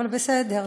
אבל בסדר,